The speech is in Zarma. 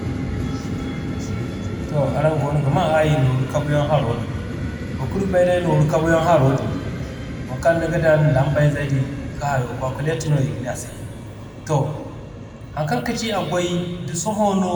To araŋ goono ga maa aayi Nooru kabu yaŋ haro me. Boro kulu ga bay day Nooru kabu yaŋ haro din, waŋ kaŋ niga dan lambay zey din ka hayo Calculator no iga ne a se ya. To haŋ kaŋ kaci a goy, da sohõ no